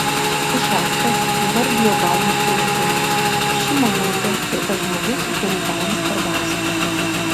ušackas įvardijo galimus prezidentus šimonytė ir tas žmogus kurį parems karbauskis